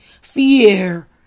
fear